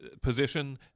position